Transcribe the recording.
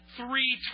three